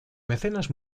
mecenas